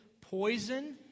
poison